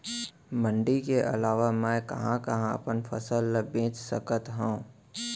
मण्डी के अलावा मैं कहाँ कहाँ अपन फसल ला बेच सकत हँव?